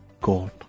God